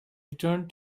returned